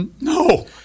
no